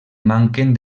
manquen